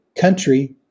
country